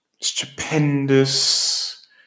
stupendous